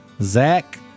Zach